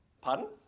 Pardon